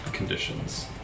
conditions